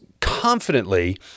confidently